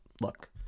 look